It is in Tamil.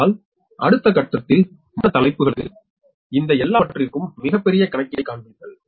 ஆனால் அடுத்த கட்டத்தில் மற்ற தலைப்புகளுக்கு இந்த எல்லாவற்றிற்கும் மிகப்பெரிய கணக்கீட்டைக் காண்பீர்கள்